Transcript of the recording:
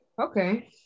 Okay